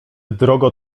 drogo